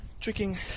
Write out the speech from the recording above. tricking